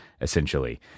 essentially